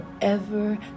forever